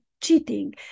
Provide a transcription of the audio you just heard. cheating